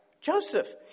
Joseph